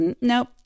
Nope